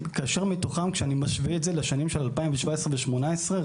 כשאני משווה את זה לשנים של 2017 ו-2018,